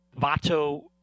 Vato